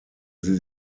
sie